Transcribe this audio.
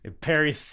Perry